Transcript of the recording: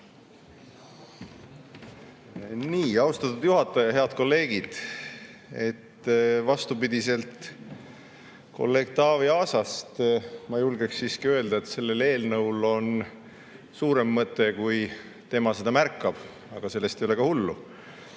Aitäh! Austatud juhataja! Head kolleegid! Vastupidiselt kolleeg Taavi Aasale ma julgeksin siiski öelda, et sellel eelnõul on suurem mõte, kui tema seda märkab. Aga sellest ei ole hullu.